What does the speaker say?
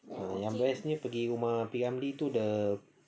yang bestnya pergi rumah P ramlee tu dia punya